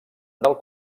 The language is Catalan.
del